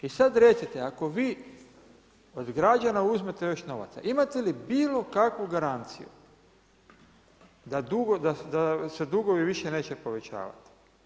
I sada recite ako vi od građana uzmete još novaca, imate li bilo kakvu garanciju, da se dugovi više neće povećavati?